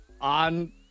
on